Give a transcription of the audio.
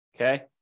Okay